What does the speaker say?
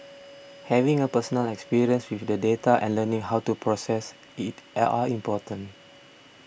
having a personal experience with the data and learning how to process it L are important